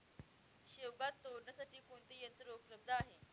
शेवगा तोडण्यासाठी कोणते यंत्र उपलब्ध आहे?